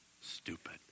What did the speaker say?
Stupid